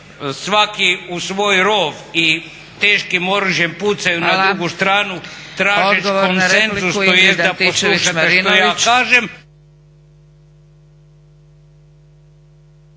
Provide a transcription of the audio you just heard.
svaki u svoj rov i teškim oružjem pucaju na drugu stranu tražeć' konsenzus tj. da poslušate što ja kažem…